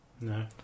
No